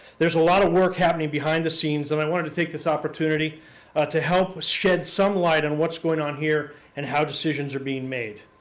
there's a lot of work happening behind the scenes, and i wanted to take this opportunity to help shed some light on and what's going on here and how decisions are being made.